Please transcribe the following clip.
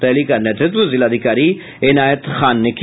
rally का नेतृत्व जिलाधिकारी इनायत खान ने किया